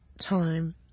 time